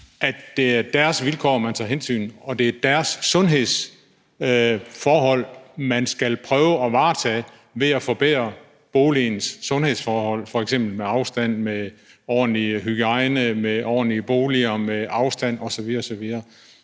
at det er deres vilkår, man tager hensyn til, og at det er deres sundhedsforhold, man prøver at varetage ved at forbedre boligens tilstand – f.eks. med afstand, ordentlig hygiejne osv. osv. Og derfor er det vel